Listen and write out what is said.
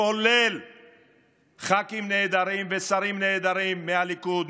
כולל ח"כים נהדרים ושרים נהדרים מהליכוד,